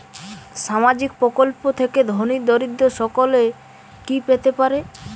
সামাজিক প্রকল্প থেকে ধনী দরিদ্র সকলে কি পেতে পারে?